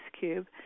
cube